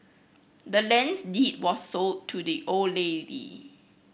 the land's deed was sold to the old lady